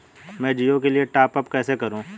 मैं जिओ के लिए टॉप अप कैसे करूँ?